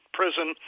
prison